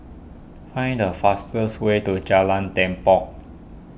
find the fastest way to Jalan Tepong